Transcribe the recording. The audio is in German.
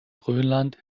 grönland